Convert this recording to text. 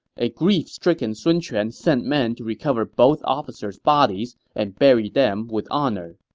a grief-stricken sun quan sent men to recover both officers' bodies and buried them with honors